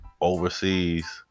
overseas